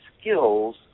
skills